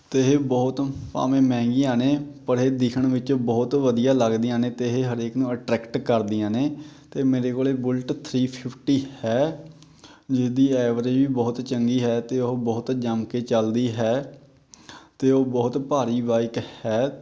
ਅਤੇ ਇਹ ਬਹੁਤ ਭਾਵੇਂ ਮਹਿੰਗੀਆਂ ਨੇ ਪਰ ਇਹ ਦਿਖਣ ਵਿੱਚ ਬਹੁਤ ਵਧੀਆ ਲੱਗਦੀਆਂ ਨੇ ਅਤੇ ਇਹ ਹਰੇਕ ਨੂੰ ਅਟਰੈਕਟ ਕਰਦੀਆਂ ਨੇ ਅਤੇ ਮੇਰੇ ਕੋਲ ਬੁੱਲਟ ਥਰੀ ਫਿਫਟੀ ਹੈ ਜਿਸਦੀ ਐਵਰੇਜ ਵੀ ਬਹੁਤ ਚੰਗੀ ਹੈ ਅਤੇ ਉਹ ਬਹੁਤ ਜਮ ਕੇ ਚੱਲਦੀ ਹੈ ਅਤੇ ਉਹ ਬਹੁਤ ਭਾਰੀ ਬਾਈਕ ਹੈ